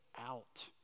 out